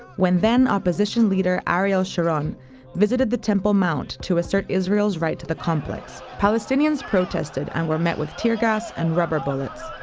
when then-opposition leader ariel sharon visited the temple mount to assert israel's right to the complex. palestinians protested and were met with tear gas and rubber bullets.